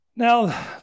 Now